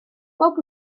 bob